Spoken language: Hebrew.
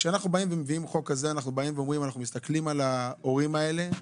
כשאנחנו מביאים חוק כזה אנחנו מסתכלים על ההורים האלה.